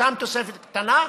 שם תוספת קטנה,